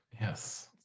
yes